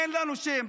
אין לנו שם,